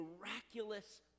miraculous